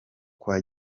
kwa